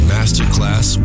Masterclass